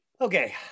Okay